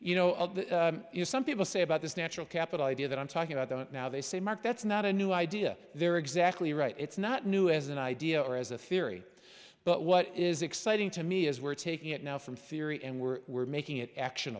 you know you some people say about this natural capital idea that i'm talking about don't now they say mark that's not a new idea they're exactly right it's not new as an idea or as a theory but what is exciting to me is we're taking it now from theory and we're we're making it action